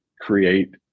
create